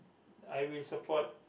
I will support